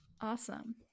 Awesome